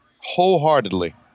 wholeheartedly